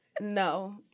No